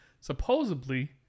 Supposedly